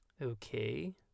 Okay